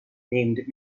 named